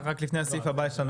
לפני הסעיף הבא, יש לנו